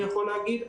אני יכול להגיד.